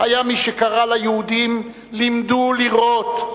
היה מי שקרא ליהודים: "למדו לירות",